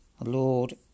Lord